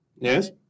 Yes